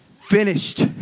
Finished